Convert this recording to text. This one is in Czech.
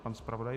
Pan zpravodaj.